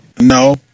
no